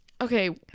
okay